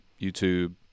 youtube